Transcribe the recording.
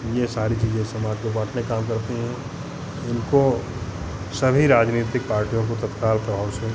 ये सारी चीज़ें समाज को बाँटने का काम करती हैं इनको सभी राजनीतिक पार्टियों को तत्काल प्रभाव से